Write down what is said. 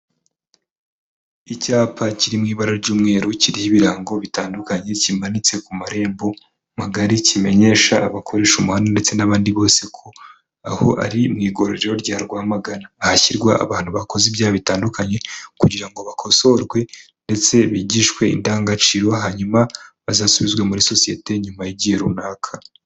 Icyapa kiri mu ibara ry'umweru kiriho ibirango bitandukanye, kimanitse ku marembo magari kimenyesha abakoresha umuhanda ndetse n'abandi bose ko aho ari mu Igororero rya Rwamagana, ahashyirwa abantu bakoze ibyaha bitandukanye kugira ngo bakosorwe ndetse bigishwe indangagaciro, hanyuma bazasubizwe muri sosiyete nyuma y'igihe runaka.